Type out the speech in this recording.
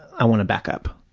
i want to back up.